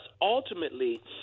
ultimately